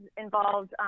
involved